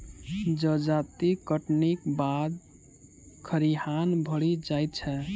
जजाति कटनीक बाद खरिहान भरि जाइत छै